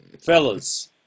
Fellas